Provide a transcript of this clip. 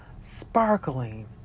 sparkling